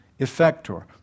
effector